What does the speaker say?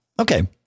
Okay